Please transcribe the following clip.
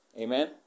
Amen